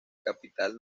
capital